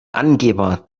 angeber